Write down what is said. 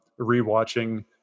rewatching